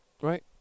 right